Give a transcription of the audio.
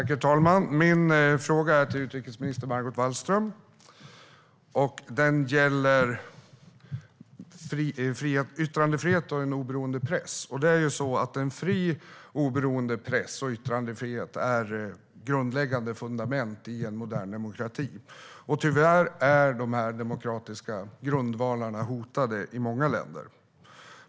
Herr talman! Min fråga går till utrikesminister Margot Wallström, och den gäller yttrandefrihet och en oberoende press. En fri, oberoende press och yttrandefrihet är grundläggande fundament i en modern demokrati, och tyvärr är dessa demokratiska grundvalar hotade i många länder.